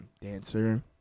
dancer